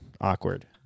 awkward